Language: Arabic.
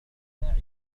أساعدك